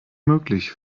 möglich